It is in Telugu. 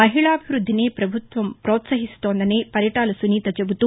మహిళాభివృద్దిని ప్రభుత్వం ప్రోతసహిస్తోందని పరిటాల సునీత చెబుతూ